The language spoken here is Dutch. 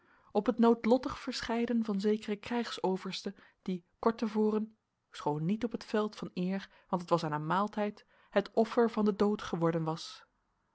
op het noodlottig verscheiden van zekeren krijgsoverste die kort te voren schoon niet op het veld van eer want het was aan een maaltijd het offer van den dood geworden was